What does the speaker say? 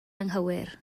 anghywir